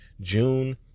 June